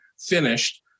finished